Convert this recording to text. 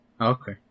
Okay